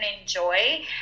enjoy